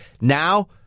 Now